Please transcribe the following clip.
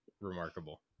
Remarkable